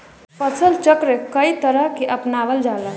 फसल चक्र के कयी तरह के अपनावल जाला?